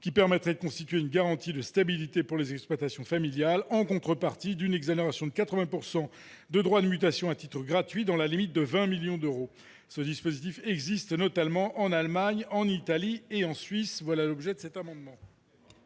qui permettrait de constituer une garantie de stabilité pour les exploitations familiales, en contrepartie d'une exonération de 80 % de droits de mutation à titre gratuit, dans la limite de 20 millions d'euros. Ce dispositif existe notamment en Allemagne, en Italie et en Suisse. La parole est à M. Vincent